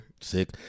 sick